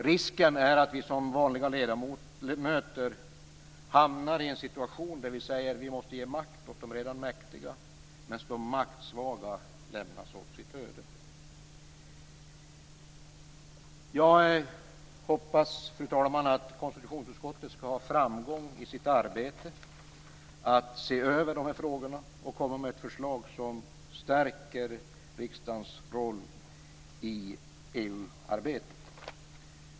Risken är att vi som vanliga ledmöter hamnar i en situation där vi säger att vi måste ge makt åt de redan mäktiga medan de maktsvaga lämnas åt sitt öde. Jag hoppas, fru talman, att konstitutionsutskottet skall ha framgång i sitt arbete med att se över dessa frågor och komma med ett förslag som stärker riksdagens roll i EU-arbetet.